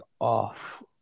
off